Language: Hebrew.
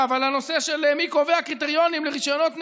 בנושא של מי קובע קריטריונים לרישיונות נשק.